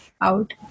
out